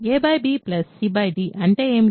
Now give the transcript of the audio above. a b c d అంటే ఏమిటి